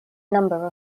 number